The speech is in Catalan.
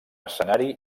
escenari